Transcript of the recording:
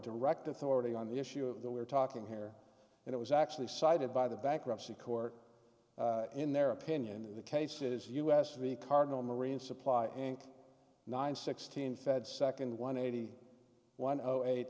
direct authority on the issue of the we're talking here and it was actually cited by the bankruptcy court in their opinion in the cases u s v cardinal marine supply and nine sixteen fed second one eighty one of eight